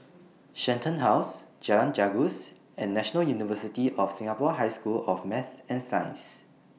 Shenton House Jalan Gajus and National University of Singapore High School of Math and Science